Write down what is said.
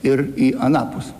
ir į anapus